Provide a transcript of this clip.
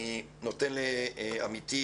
אני נותן לעמיתי,